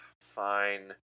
fine